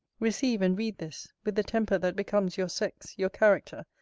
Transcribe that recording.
receive and read this, with the temper that becomes your sex, your character,